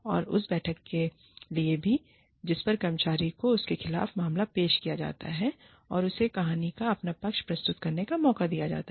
और उस बैठक के लिए भी जिस पर कर्मचारी को उसके खिलाफ मामला पेश किया जाता है और उसे कहानी का अपना पक्ष प्रस्तुत करने का मौका दिया जाता है